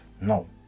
no